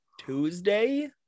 Tuesday